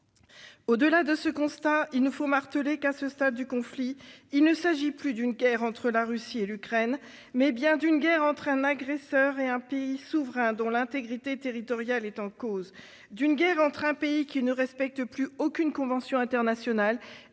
Au-delà de ce constat, il nous faut marteler que, à ce stade du conflit, il s'agit non plus d'une guerre entre la Russie et l'Ukraine, mais bien d'une guerre entre un agresseur et un pays souverain dont l'intégrité territoriale est remise en cause, d'une guerre entre un pays qui ne respecte plus aucune convention internationale